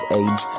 age